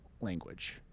language